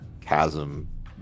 chasm